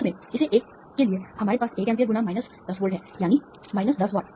अंत में इस 1 के लिए हमारे पास 1 एम्पीयर गुना माइनस 10 वोल्ट है यानी माइनस 10 वाट